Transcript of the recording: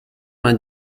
vingt